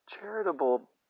charitable